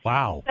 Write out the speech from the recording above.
Wow